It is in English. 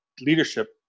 leadership